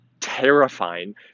terrifying